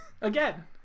again